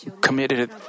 committed